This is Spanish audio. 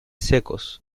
secos